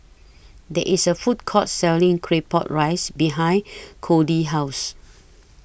There IS A Food Court Selling Claypot Rice behind Codey's House